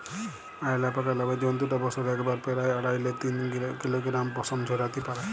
অয়ালাপাকা নামের জন্তুটা বসরে একবারে পেরায় আঢ়াই লে তিন কিলগরাম পসম ঝরাত্যে পারে